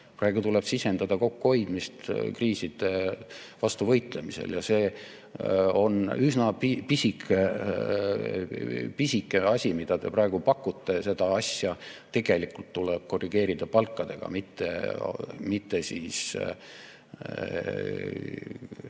Praegu tuleb sisendada kokkuhoidmist kriiside vastu võitlemisel. Ja see on üsna pisike asi, mida te praegu pakute. Seda asja tegelikult tuleb korrigeerida palkadega, mitte